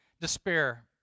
despair